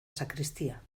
sacristía